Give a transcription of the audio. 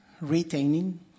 retaining